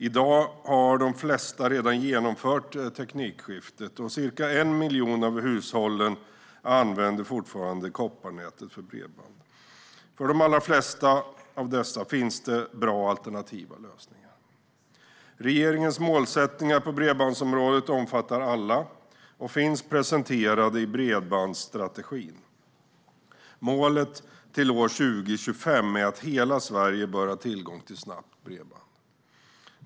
I dag har de flesta redan genomfört teknikskiftet. Ca 1 miljon av hushållen använder fortfarande kopparnätet för bredband. För de allra flesta av dessa finns det bra alternativa lösningar. Regeringens målsättningar på bredbandsområdet omfattar alla och finns presenterade i bredbandsstrategin. Målet till år 2025 är att hela Sverige ska ha tillgång till snabbt bredband.